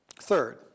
Third